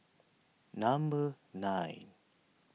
number nine